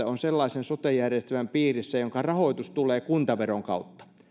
on sellaisen sote järjestelmän piirissä jonka rahoitus tulee kuntaveron kautta